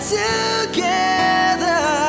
together